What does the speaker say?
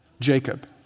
Jacob